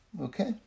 Okay